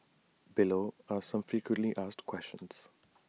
below are some frequently asked questions